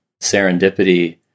serendipity